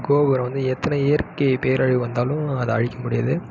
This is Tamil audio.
கோபுரம் வந்து எத்தனை இயற்கை பேரழிவு வந்தாலும் அதை அழிக்க முடியாது